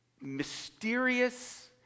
mysterious